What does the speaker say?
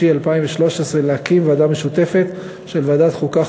2013 להקים ועדה משותפת של ועדת החוקה,